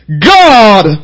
God